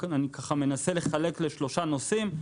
ואני מחלק את זה לשלושה נושאים.